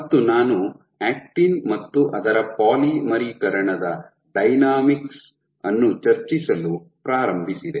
ಮತ್ತು ನಾನು ಆಕ್ಟಿನ್ ಮತ್ತು ಅದರ ಪಾಲಿಮರೀಕರಣದ ಡೈನಾಮಿಕ್ಸ್ ಅನ್ನು ಚರ್ಚಿಸಲು ಪ್ರಾರಂಭಿಸಿದೆ